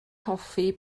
hoffi